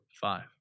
Five